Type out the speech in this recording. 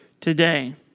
today